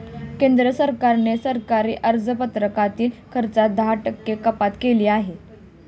केंद्र सरकारने सरकारी अंदाजपत्रकातील खर्चात दहा टक्के कपात केली आहे